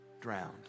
drowned